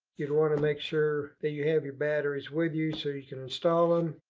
you'd want to make sure that you have your batteries with you so you can install them.